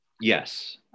Yes